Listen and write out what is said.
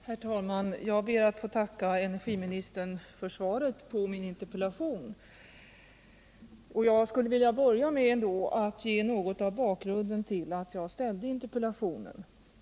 Herr talman! Jag ber att få tacka energiministern för svaret på min interpellation. Jag skulle vilja börja med att ge något av bakgrunden till att jag framställde interpellationen.